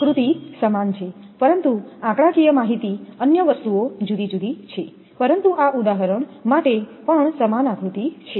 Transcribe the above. આકૃતિ સમાન છે પરંતુ આંકડાકીય માહિતી અન્ય વસ્તુઓ જુદી જુદી છે પરંતુ આ ઉદાહરણ માટે પણ સમાન આકૃતિ છે